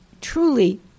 truly